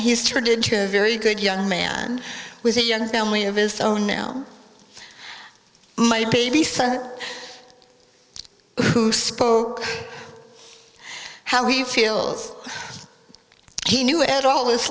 he's turned into a very good young man with a young family of his own now my babysitter who spoke how he feels he knew it all his